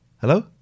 Hello